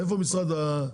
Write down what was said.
יש נציג של משרד הפנים?